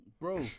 bro